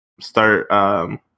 start